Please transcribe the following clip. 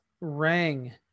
rang